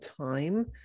time